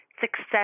Success